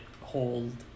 hold